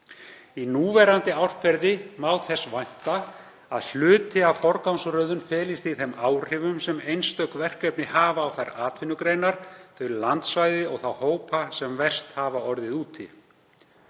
Í núverandi árferði má þess vænta að hluti af forgangsröðun felist í þeim áhrifum sem einstök verkefna hafa á þær atvinnugreinar, þau landssvæði og þá hópa sem verst hafa orðið úti.